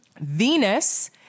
Venus